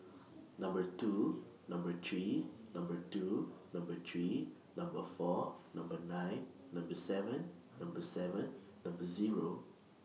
Number two Number three Number two Number three Number four Number nine Number seven Number seven Number Zero